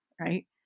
right